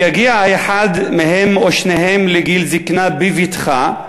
אם יגיע האחד מהם, או שניהם, לגיל זיקנה בביתך,